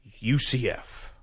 UCF